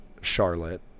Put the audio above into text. Charlotte